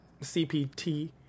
CPT